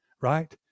right